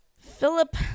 Philip